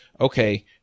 okay